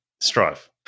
Strife